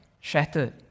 shattered